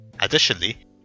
Additionally